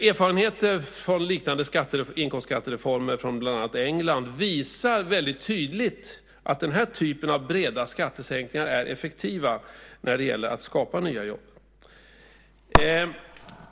Erfarenheter från liknande inkomstskattereformer från bland annat England visar tydligt att den typen av breda skattesänkningar är effektiva när det gäller att skapa nya jobb.